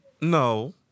No